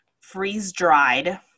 freeze-dried